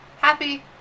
Happy